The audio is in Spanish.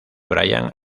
brian